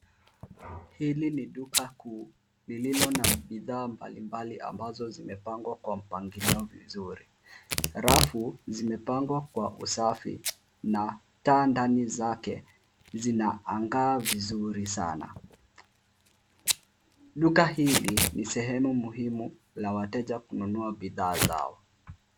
Hili ni duka kuu lililo na bidhaa mbalimbali ambazo zimepangwa kwa mpangilio vizuri. Rafu zimepangwa kwa usafi na taa ndani zake zinang'aa vizuri sana. Duka hili ni sehemu muhimu la wateja kununua bidhaa zao.